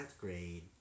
grade